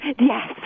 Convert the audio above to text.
Yes